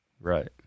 Right